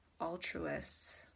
altruists